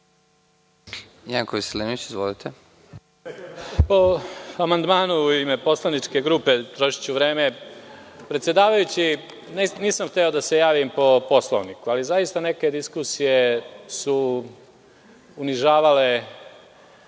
**Janko Veselinović** Po amandmanu, u ime poslaničke grupe ću trošiti vreme. Predsedavajući, nisam hteo da se javim po Poslovniku, ali zaista neke diskusije su unižavale